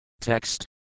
Text